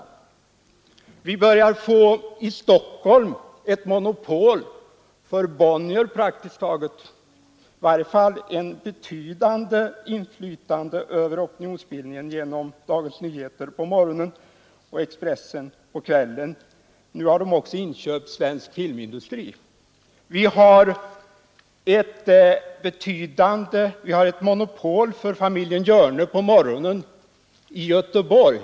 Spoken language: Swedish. I Stockholm börjar vi få praktiskt taget monopol för Bonniers, i varje fall ett betydande inflytande över opinionsbildningen genom Dagens Nyheter på morgonen och Expressen på kvällen. Nu har de också inköpt Svensk Filmindustri. Vi har ett monopol för familjen Hjörne på morgonen i Göteborg.